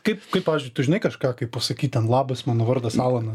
kaip kaip pavyzdžiui tu žinai kažką kaip pasakyt ten labas mano vardas alana